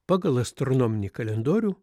pagal astronominį kalendorių